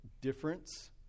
difference